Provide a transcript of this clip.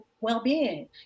well-being